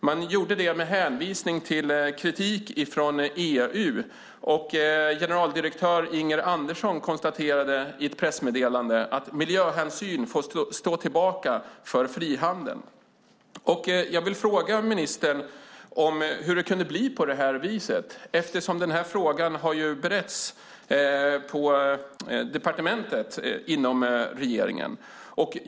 Man gjorde det med hänvisning till kritik från EU, och generaldirektör Inger Andersson konstaterade i ett pressmeddelande att miljöhänsyn får stå tillbaka för frihandel. Jag vill fråga ministern hur det kunde bli på det viset med tanke på att frågan beretts på departementet.